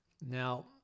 Now